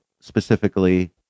specifically